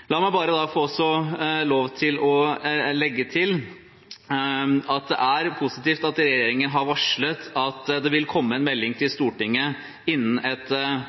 La meg legge til at det er positivt at regjeringen har varslet at det vil komme en melding til Stortinget innen et